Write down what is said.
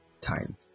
time